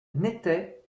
n’était